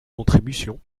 contribution